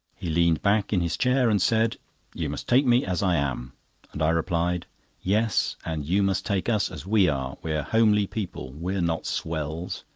he leaned back in his chair and said you must take me as i am and i replied yes and you must take us as we are. we're homely people, we are not swells.